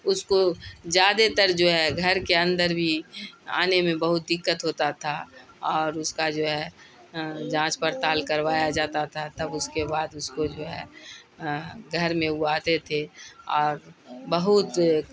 اس کو زیادہ تر جو ہے گھر کے اندر بھی آنے میں بہت دقت ہوتا تھا اور اس کا جو ہے جانچ پڑتال کروایا جاتا تھا تب اس کے بعد اس کو جو ہے گھر میں وہ آتے تھے اور بہت